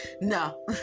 No